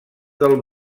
del